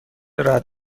رعد